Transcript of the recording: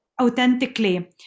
Authentically